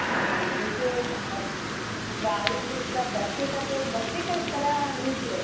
ठीक है जैसे प्राइज़ उसका बच्चे का तो बच्चे का इस तरह लीजिए